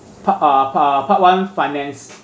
pa~ uh pa~ part one finance